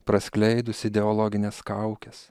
praskleidus ideologines kaukes